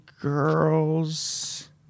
Girls